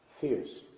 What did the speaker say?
fears